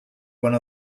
one